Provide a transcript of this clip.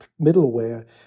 middleware